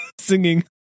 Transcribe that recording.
singing